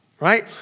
Right